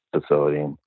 facility